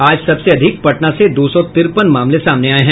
आज सबसे अधिक पटना से दो सौ तिरपन मामले सामने आये हैं